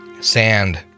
sand